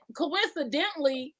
coincidentally